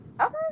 Okay